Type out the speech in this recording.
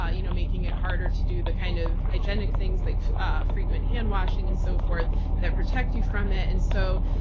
ah you know making it harder to do the kind of hygienic things like frequent hand washing and so forth that protect you from it. and so,